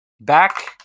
Back